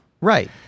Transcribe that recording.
Right